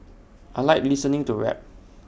I Like listening to rap